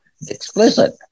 explicit